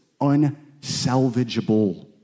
unsalvageable